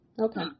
Okay